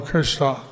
Krishna